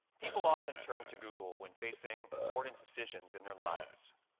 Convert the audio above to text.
people often turn to google when facing important decisions in their lives.